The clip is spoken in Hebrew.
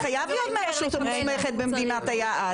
זה חייב להיות מהרשות המוסמכת במדינת היעד.